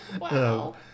Wow